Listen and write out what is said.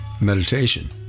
meditation